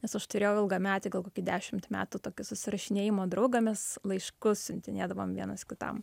nes aš turėjau ilgametį gal kokį dešimt metų tokį susirašinėjimo draugą mes laiškus siuntinėdavom vienas kitam